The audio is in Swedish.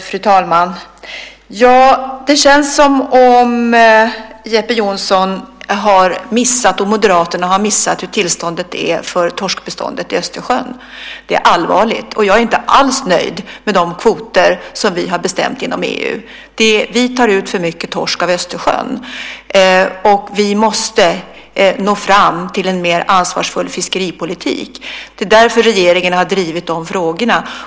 Fru talman! Det känns som om Jeppe Johnsson och Moderaterna har missat hur tillståndet är för torskbeståndet i Östersjön. Det är allvarligt. Jag är inte alls nöjd med de kvoter som vi har bestämt inom EU. Vi tar ut för mycket torsk av Östersjön. Vi måste nå fram till en mer ansvarsfull fiskeripolitik. Det är därför regeringen har drivit de här frågorna.